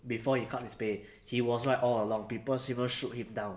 before he cut his pay he was right along people even shoot him down